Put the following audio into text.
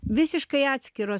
visiškai atskiros